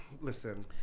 listen